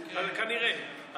כנראה,